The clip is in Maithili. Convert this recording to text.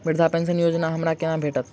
वृद्धा पेंशन योजना हमरा केना भेटत?